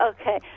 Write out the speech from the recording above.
Okay